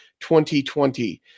2020